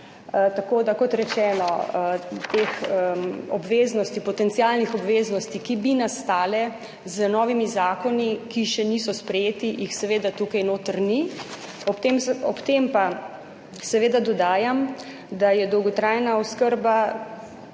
Tako da, kot rečeno, teh obveznosti, potencialnih obveznosti, ki bi nastale z novimi zakoni, ki še niso sprejeti, jih seveda tukaj noter ni. Ob tem, ob tem pa seveda dodajam, da je dolgotrajna oskrba dejstvo.